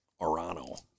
Orano